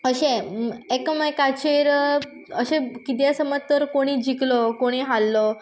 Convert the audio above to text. अशें एकामेकाचेर अशें कितें समज तर कोणीय जिखलो कोणीय हारलो